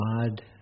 God